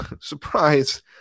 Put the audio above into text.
surprise